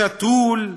שתול,